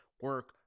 Work